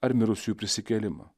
ar mirusiųjų prisikėlimą